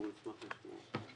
אנחנו נשמח לשמוע.